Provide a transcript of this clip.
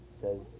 says